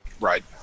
right